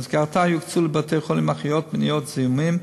ובמסגרתה יופצו לבתי-החולים הנחיות למניעת זיהומים,